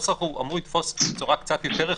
הנוסח אמור לתפוס בצורה קצת יותר רחבה,